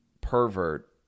pervert